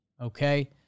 okay